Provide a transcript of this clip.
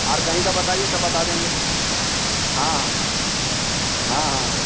और कहीं का बताइए तब बता देंगे हाँ हाँ हाँ